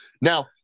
now